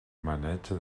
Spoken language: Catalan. maneig